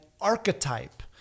archetype